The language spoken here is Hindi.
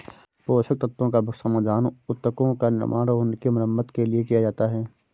पोषक तत्वों का समाधान उत्तकों का निर्माण और उनकी मरम्मत के लिए किया जाता है